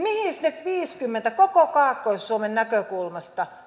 mihin ne viisikymmentä koko kaakkois suomen näkökulmasta